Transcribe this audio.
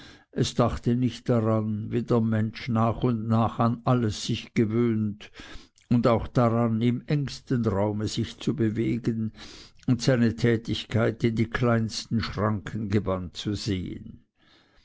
es dachte nicht daran wie der mensch nach und nach an alles sich gewöhnt und auch daran im engsten raume sich zu bewegen und seine tätigkeit in die kleinsten schranken gebannt zu sehen